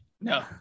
no